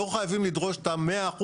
לא חייבים לדרוש את ה-100%.